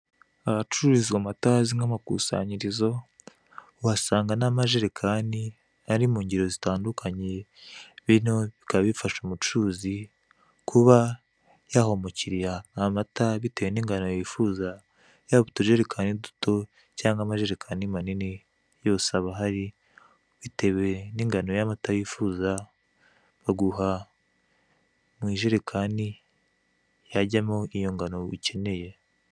Ahacururizwa amata hazwi nk'amakusanyirizo uhasanga n'amajerekani ari mu ngero zitandukanye, bino bikaba bifasha umucuruzi kuba yaha umukiriya amata bitewe n'ingano yifuza yaba utujerekani duto cyangwa amajerekani manini yose aba ahari bitewe n'ingano y'amata yifuza baguha mu ijerekani yajyamo iyo ngano ukeneye.